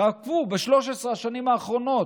תעקבו, ב-13 השנים האחרונות,